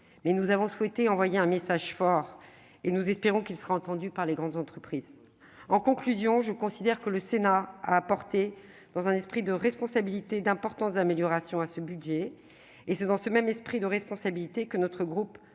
mais nous avons souhaité envoyer un message fort, et nous espérons qu'il sera entendu par les grandes entreprises. Je considère donc que le Sénat a apporté, de manière responsable, d'importantes améliorations à ce budget. C'est dans ce même esprit de responsabilité que notre groupe